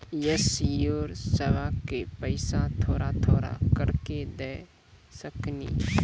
इंश्योरेंसबा के पैसा थोड़ा थोड़ा करके दे सकेनी?